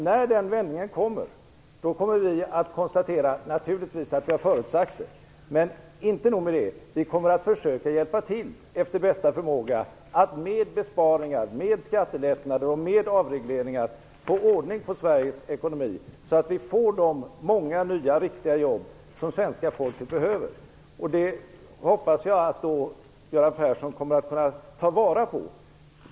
När vändningen kommer skall vi naturligtvis konstatera att vi hade förutsett detta, men inte nog med det! Vi kommer att försöka hjälpa till efter bästa förmåga att med besparingar, skattelättnader och avregleringar få ordning på Sveriges ekonomi, så att vi får de många nya, riktiga jobb som svenska folket behöver. Jag hoppas att Göran Persson kommer att kunna ta vara på det.